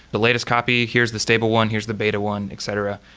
the latest copy, here's the stable one, here's the beta one, etc.